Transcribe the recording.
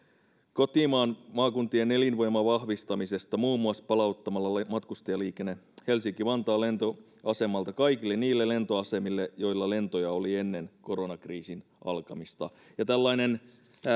kotimaan maakuntien elinvoiman vahvistamisesta muun muassa palauttamalla matkustajaliikenne helsinki vantaan lentoasemalta kaikille niille lentoasemille joilla lentoja oli ennen koronakriisin alkamista ja tällainen